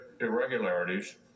irregularities